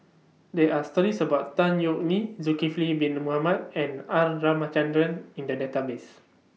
There Are stories about Tan Yeok Nee Zulkifli Bin Mohamed and R Ramachandran in The Database